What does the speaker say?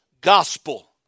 gospel